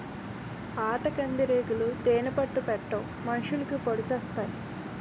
ఆటకందిరీగలు తేనే పట్టు పెట్టవు మనుషులకి పొడిసెత్తాయి